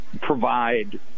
provide